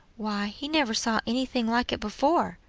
why, he never saw any thing like it before,